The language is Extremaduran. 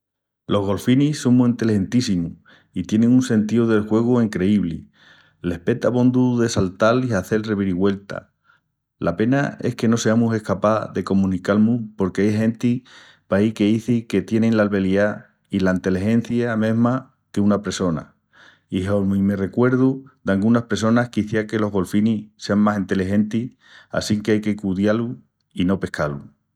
Los galfinis son mu enteligentíssimus i tienin un sentíu del juegu encreíbli, les peta abondu de saltal i hazel revirivueltas. La pena es que no seamus escapás de comunical-mus porque ai genti paí qu'izi que tienin l'albeliá i la enteligencia mesma qu'una pressona. I hormi me recuerdu d'angunas pressonas quiciás que los galfinis sean más enteligentis assinque ai que cudiá-lus i no pescá-lus.